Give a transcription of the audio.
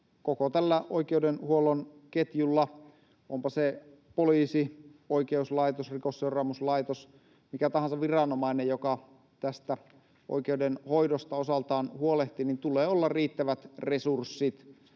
koko tällä oikeudenhuollon ketjulla. Onpa se poliisi, oikeuslaitos, Rikosseuraamuslaitos tai mikä tahansa viranomainen, joka tästä oikeudenhoidosta osaltaan huolehtii, sillä tulee olla riittävät resurssit.